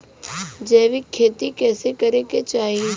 जैविक खेती कइसे करे के चाही?